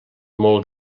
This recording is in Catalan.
molt